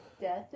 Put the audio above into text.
death